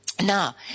Now